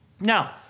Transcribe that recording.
Now